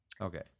Okay